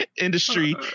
industry